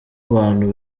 abantu